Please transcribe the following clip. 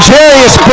Jarius